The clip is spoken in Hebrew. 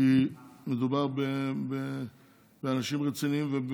כי מדובר באנשים רציניים.